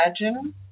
imagine